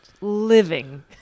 living